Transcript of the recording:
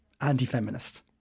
anti-feminist